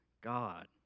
God